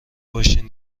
باشین